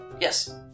yes